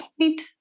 point